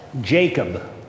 Jacob